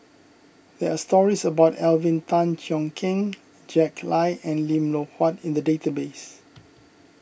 there are stories about Alvin Tan Cheong Kheng Jack Lai and Lim Loh Huat in the database